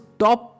top